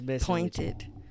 pointed